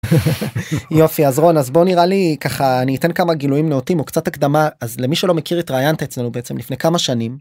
יופי אז רון אז בוא נראה לי ככה אני אתן כמה גילויים נאותים אז קצת הקדמה אז למי שלא מכיר את התראייינת אצלנו בעצם לפני כמה שנים.